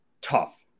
tough